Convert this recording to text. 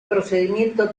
procedimiento